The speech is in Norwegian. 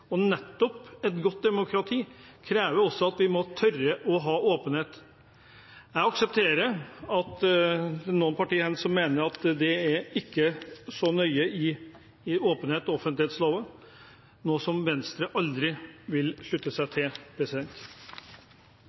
Et godt demokrati krever nettopp at vi må tørre å ha åpenhet. Jeg aksepterer at det er noen partier her som mener at det ikke er så nøye med åpenhet og offentlighetsloven, noe som Venstre aldri vil slutte seg til.